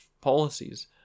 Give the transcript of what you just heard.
policies